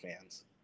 fans